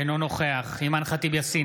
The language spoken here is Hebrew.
אינו נוכח אימאן ח'טיב יאסין,